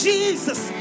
Jesus